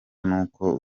nuko